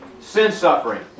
Sin-suffering